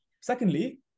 Secondly